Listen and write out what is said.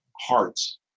hearts